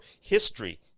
history